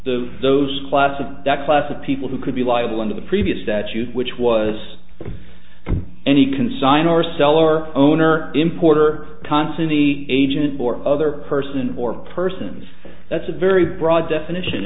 the those class of that class of people who could be liable under the previous statute which was any can sign or sell or own or importer consing the agent for other person or persons that's a very broad definition